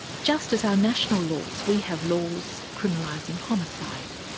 just as our national laws, we have laws criminalising homicide,